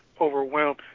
overwhelmed